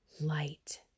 light